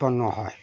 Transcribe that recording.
উৎপন্ন হয়